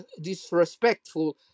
disrespectful